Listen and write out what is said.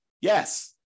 Yes